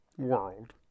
World